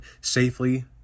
safely